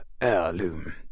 heirloom